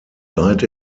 died